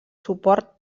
suport